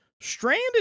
Stranded